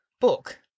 book